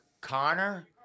Connor